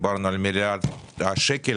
דיברנו על מיליארד שקל.